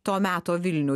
to meto vilnių